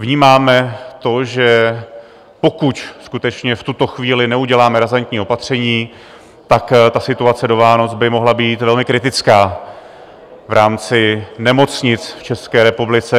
Vnímáme to, že pokud skutečně v tuto chvíli neuděláme razantní opatření, tak situace do Vánoc by mohla být velmi kritická v rámci nemocnic v České republice.